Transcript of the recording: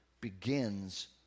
begins